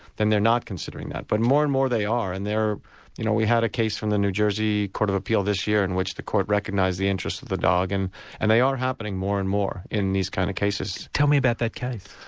then they're not considering that. but more and more they are, and you know we had a case from the new jersey court of appeal this year in which the court recognised the interests of the dog, and and they are happening more and more in these kind of cases. tell me about that case.